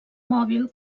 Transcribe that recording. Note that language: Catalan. mòbil